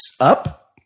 up